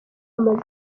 amaze